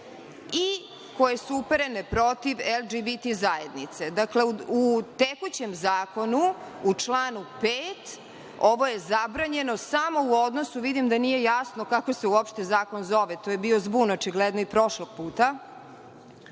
i koje su uperene protiv LGBT zajednice.(Marko Atlagić: Šta je ovo?)Dakle, u tekućem zakonu u članu 5. ovo je zabranjeno samo u odnosu… Vidim da nije jasno kako se uopšte zakon zove, to je bio zbun očigledno i prošlog puta.